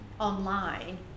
online